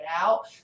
out